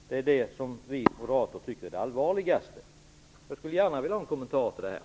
Det är det som vi moderater tycker är det allvarligaste. Jag skulle gärna vilja ha en kommentar till detta.